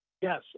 Yes